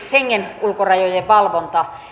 schengen ulkorajojen valvonta